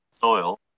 soil